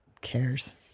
cares